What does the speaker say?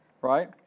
right